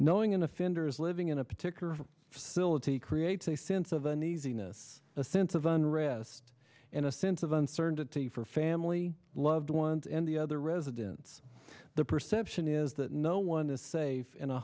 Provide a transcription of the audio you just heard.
knowing in offenders living in a particular facility creates a sense of unease enos a sense of unrest and a sense of uncertainty for family loved ones and the other residents the perception is that no one is safe in a